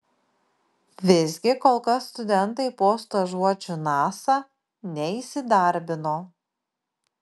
visgi kol kas studentai po stažuočių nasa neįsidarbino